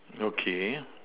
okay